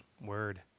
Word